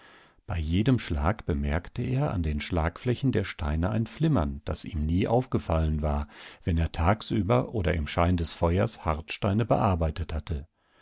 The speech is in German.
bei jedem schlag bemerkte er an den schlagflächen der steine ein flimmern das ihm nie aufgefallen war wenn er tagsüber oder im schein des feuers hartsteine bearbeitet hatte